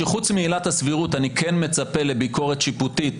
שחוץ מעילת הסבירות אני כן מצפה לביקורת שיפוטית,